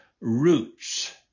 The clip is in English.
Roots